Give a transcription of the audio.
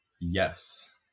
yes